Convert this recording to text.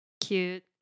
Cute